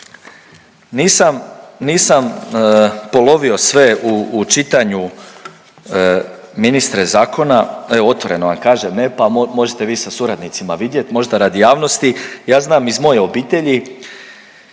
nisam polovio sve u čitanju, ministre, zakona, evo, otvoreno vam kažem, ne, pa možete vi sa suradnicima vidjet, možda radi javnosti. Ja znam, iz moje obitelji,